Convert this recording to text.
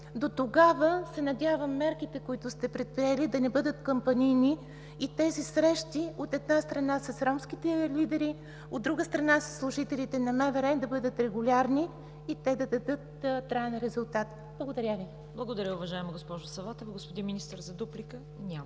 Дотогава се надявам мерките, които сте предприели да не бъдат кампанийни и тези срещи, от една страна с ромските лидери, от друга страна със служителите на МВР, да бъдат регулярни и те да дадат траен резултат. Благодаря Ви. ПРЕДСЕДАТЕЛ ЦВЕТА КАРАЯНЧЕВА: Благодаря, уважаема госпожо Саватева. Господин Министър – за дуплика? Няма.